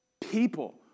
People